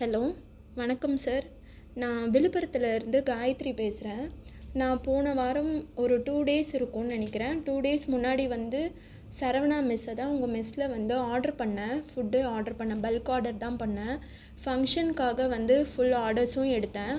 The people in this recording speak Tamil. ஹலோ வணக்கம் சார் நான் விழுப்புரத்திலருந்து காயத்ரி பேசுகிறன் நான் போன வாரம் ஒரு டூ டேஸ் இருக்கும்னு நினைக்கிறேன் டூ டேஸ் முன்னாடி வந்து சரவணா மெஸ்ஸில் தான் உங்கள் மெஸ்ஸில் வந்து ஆர்ட்ரு பண்ண ஃபுட் ஆர்ட்ரு பண்ண பல்க் ஆர்ட்ரு தான் பண்ண ஃபங்க்சன்ஸ்க்காக வந்து ஃபுல் ஆர்டர்ஸும் எடுத்தேன்